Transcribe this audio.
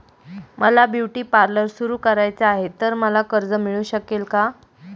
मला beauty parlour सुरू करायचे आहे तर मला कर्ज मिळू शकेल का?